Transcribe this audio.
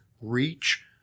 reach